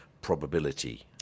probability